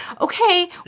Okay